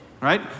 right